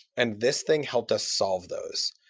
and this thing helped us solve those.